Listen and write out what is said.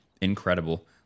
incredible